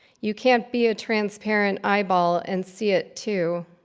you can't be a transparent eyeball and see it too.